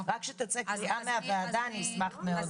רק שתצא קריאה מהוועדה אני אשמח מאוד.